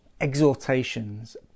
exhortations